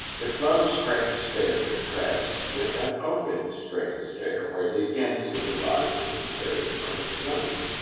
the closed-string stair contrasts with an open-string stair, where the ends of the risers and treads are exposed.